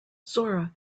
zora